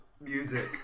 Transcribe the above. music